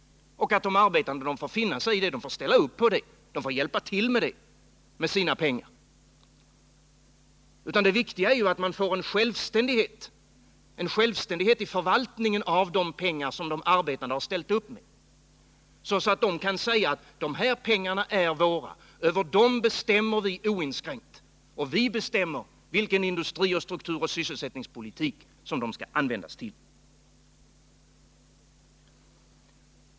Och de arbetande får finna sig i det. De får ställa upp och hjälpa till med sina pengar. Det viktiga är att de arbetande får en självständighet i förvaltningen av de pengar som de har ställt upp med, så att de kan säga: De här pengarna är våra, över dem bestämmer vi oinskränkt, och vi bestämmer vilken industri-, strukturoch sysselsättningspolitik de skall användas till.